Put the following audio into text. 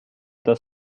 das